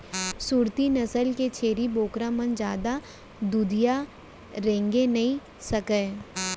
सूरती नसल के छेरी बोकरा मन जादा दुरिहा रेंगे नइ सकय